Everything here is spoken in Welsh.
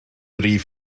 rif